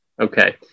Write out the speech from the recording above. okay